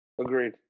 Agreed